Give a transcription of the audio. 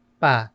pa